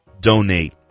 donate